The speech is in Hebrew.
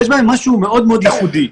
יש משהו מאוד מאוד ייחודי,